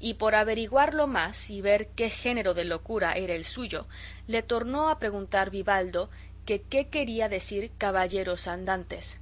y por averiguarlo más y ver qué género de locura era el suyo le tornó a preguntar vivaldo que qué quería decir caballeros andantes